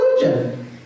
religion